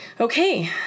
okay